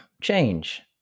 change